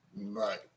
Right